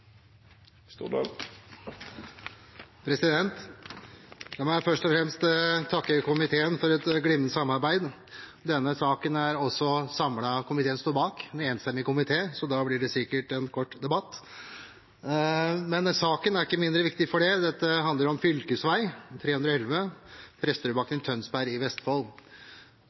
først og fremst takke komiteen for et glimrende samarbeid. I denne saken er det også en samlet komité som står bak – en enstemmig komité – så da blir det sikkert en kort debatt. Men saken er ikke mindre viktig for det. Dette handler om fv. 311, Presterødbakken i Tønsberg i